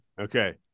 Okay